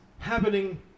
Happening